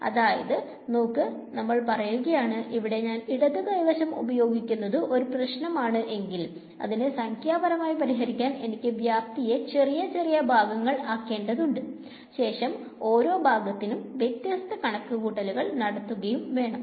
അതായത് നോക്ക് നമ്മൾ പറയുകയാണ് ഇവിടെ ഞാൻ ഇടതു കൈ വശം ഉപയോഗിക്കുന്നത് ഒരു പ്രശ്നമാണ് എങ്കിൽ അതിനെ സംഖ്യാപരമായി പരിഹരിക്കാൻ എനിക്ക് വ്യാപ്തിയെ ചെറിയ ചെറിയ ഭാഗങ്ങൾ ആക്കേണ്ടതുണ്ട് ശേഷം ഓരോ ഭാഗത്തിലും വ്യത്യസ്ത കണക്കൂട്ടലുകൾ നടത്തുകയും വേണം